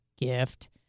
gift